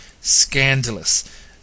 Scandalous